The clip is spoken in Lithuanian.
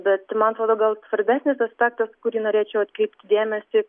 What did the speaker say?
bet man atrodo gal svarbesnis aspektas kurį norėčiau atkreipti dėmesį